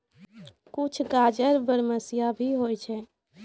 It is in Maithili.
कुछ गाजर बरमसिया भी होय छै